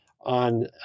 on